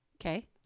Okay